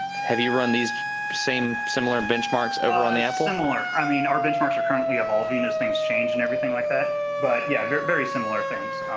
have you run these same similar benchmarks over on the apple? similar. i mean, our benchmarks are currently evolving as things change and everything like that but yeah, very very similar things.